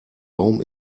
baum